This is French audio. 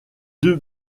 deux